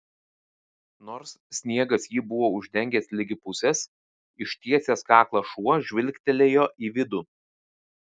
nors sniegas jį buvo uždengęs ligi pusės ištiesęs kaklą šuo žvilgtelėjo į vidų